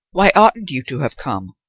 why oughtn't you to have come?